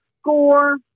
score